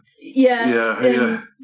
Yes